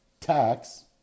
Tax